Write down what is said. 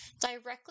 directly